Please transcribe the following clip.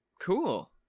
Cool